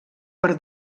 per